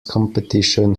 competition